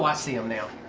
see em now,